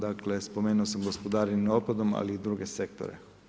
Dakle, spomenuo sam gospodarenje otpadom, ali i druge sektore.